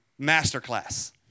masterclass